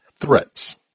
Threats